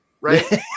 right